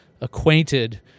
acquainted